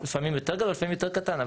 לפעמים יותר גדול, לפעמים יותר קטן.